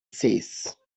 says